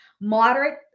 moderate